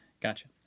Gotcha